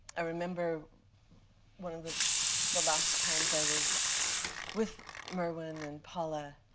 i remember one of the the last times i was with merwin and paula,